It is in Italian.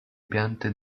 piante